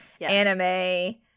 anime